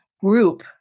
group